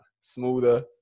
smoother